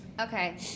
Okay